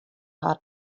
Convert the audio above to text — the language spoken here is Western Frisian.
har